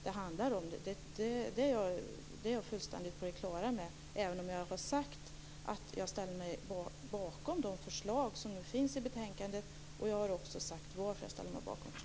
Det är jag fullständigt på det klara med, även om jag har sagt att jag ställer mig bakom de förslag som finns i betänkandet. Jag har också sagt varför jag ställer mig bakom dem.